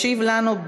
ישיב לנו,